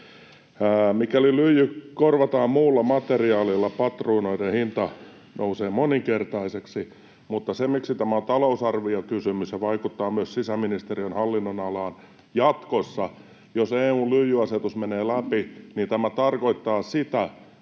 Mikäli lyijy korvataan muulla materiaalilla, patruunoiden hinta nousee moninkertaiseksi, mutta miksi tämä on talousarviokysymys ja vaikuttaa myös sisäministeriön hallin-nonalaan: jatkossa, jos EU:n lyijyasetus menee läpi, niin tämä tarkoittaa sitä,